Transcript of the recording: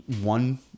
one